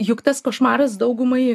juk tas košmaras daugumai